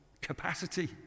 capacity